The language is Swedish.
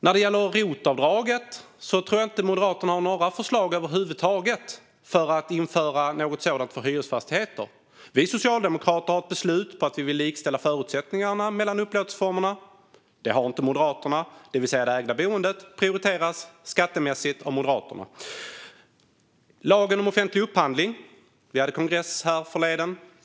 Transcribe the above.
Sedan gäller det rotavdraget. Jag tror inte att Moderaterna har några förslag över huvud taget om att införa något sådant för hyresfastigheter. Vi socialdemokrater har ett beslut om att vi vill likställa förutsättningarna för upplåtelseformerna. Det har inte Moderaterna, det vill säga det ägda boendet prioriteras skattemässigt av Moderaterna. Vi hade kongress härförleden.